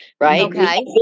right